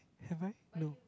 have I no